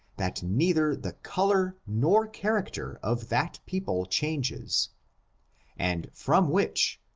that neither the color nor character of that people changes and from which,